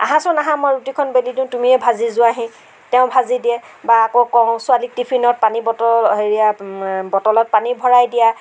আঁহাচোন আঁহা মই ৰুটিখন বেলি দিওঁ তুমিয়েই ভাজি যোৱাহি তেওঁ ভাজি দিয়ে বা আকৌ কওঁ ছোৱালীক টিফিনত পানী বটল হেৰিয়াত বটলত পানী ভৰাই দিয়া